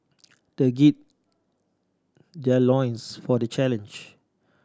they gird their loins for the challenge